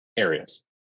Areas